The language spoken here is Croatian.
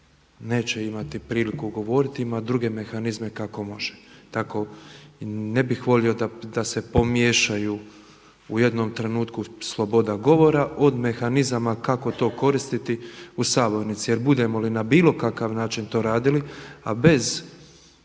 neće imati priliku govoriti, ima druge mehanizme kako može. Tako ne bih volio da se pomiješaju u jednom trenutku sloboda govora od mehanizama kako to koristiti u sabornici jer budemo li na bilo kakav način to radili a bez